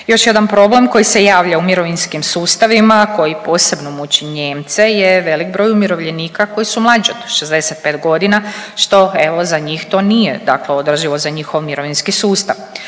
Još jedan problem koji se javlja u mirovinskim sustavima, a koji posebno muči Nijemce je velik broj umirovljenika koji su mlađi od 65 godina, što, evo, za njih to nije dakle održivo za njihov mirovinski sustav.